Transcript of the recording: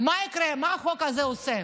מה יקרה, מה החוק הזה עושה?